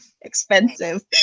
expensive